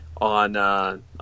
on